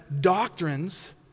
doctrines